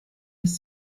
bis